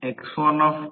तर 10 तास 3 किलोवॅट